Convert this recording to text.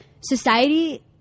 society